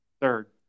third